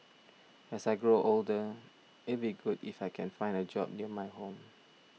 as I grow older it'd be good if I can find a job near my home